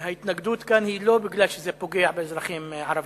ההתנגדות כאן היא לא בגלל שזה פוגע באזרחים ערבים.